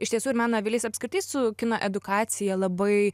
iš tiesų ir meno avilys apskritai su kino edukacija labai